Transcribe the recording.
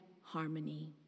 harmony